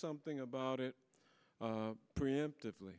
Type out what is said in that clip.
something about it preemptively